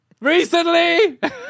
recently